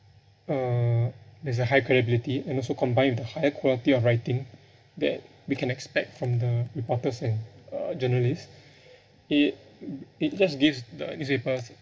err there's a high credibility and also combined with the higher quality of writing that we can expect from the reporters and uh journalists it it just gives the newspapers uh